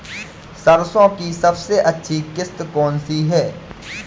सरसो की सबसे अच्छी किश्त कौन सी है?